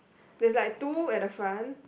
there's like the two at the front